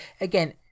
Again